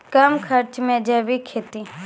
कम खर्च मे जैविक खेती?